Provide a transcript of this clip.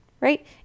Right